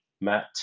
Matt